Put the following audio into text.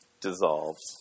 dissolves